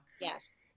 Yes